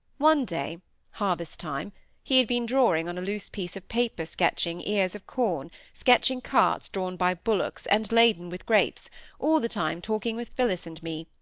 one day harvest-time he had been drawing on a loose piece of paper-sketching ears of corn, sketching carts drawn by bullocks and laden with grapes all the time talking with phillis and me,